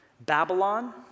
Babylon